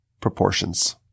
proportions